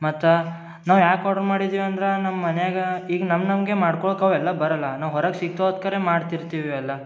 ಮತ್ತು ನಾವು ಯಾಕೆ ಆರ್ಡ್ರ್ ಮಾಡಿದ್ದೀವಿ ಅಂದ್ರೆ ನಮ್ಮ ಮನೆಯಾಗೆ ಈಗ ನಮ್ಮ ನಮಗೆ ಮಾಡ್ಕೊಳಕ್ಕೆ ಅವೆಲ್ಲ ಬರಲ್ಲ ನಾವು ಹೊರಗೆ ಸಿಗ್ತೋತ್ಕರೆ ಮಾಡ್ತಿರ್ತೀವಿ ಅಲ್ಲ